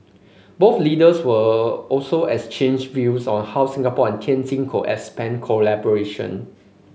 both leaders were also exchanged views on how Singapore and Tianjin could expand cooperation